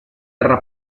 erra